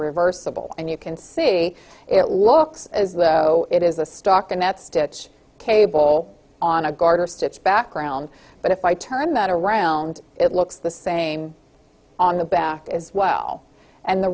reversible and you can see it looks as though it is the stock and that stitch cable on a garter stitch background but if i turn that around it looks the same on the back as well and the